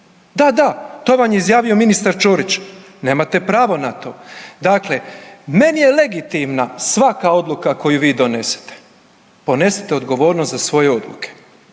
Da, da, to vam je izjavio ministar Ćorić. Nemate pravo na to. Dakle, meni je legitimna svaka odluka koju vi donesete, ponesite odgovornost za svoje odluke.